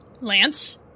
Lance